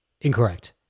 Incorrect